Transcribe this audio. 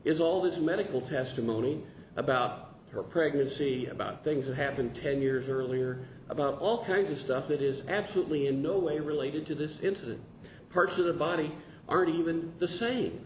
is all these medical testimony about her pregnancy about things that happened ten years earlier about all kinds of stuff that is absolutely in no way related to this into the parts of the body aren't even the sa